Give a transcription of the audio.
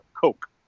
Coke